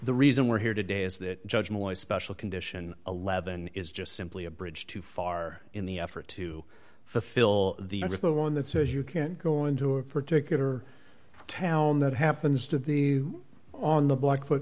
the reason we're here today is that judge moore a special condition eleven is just simply a bridge too far in the effort to fulfill the one that says you can't go into a particular town that happens to be on the block f